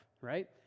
right